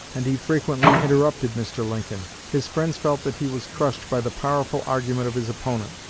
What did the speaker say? and he frequently interrupted mr. lincoln his friends felt that he was crushed by the powerful argument of his opponent.